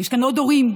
יש כאן עוד הורים.